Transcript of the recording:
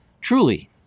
Truly